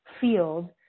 field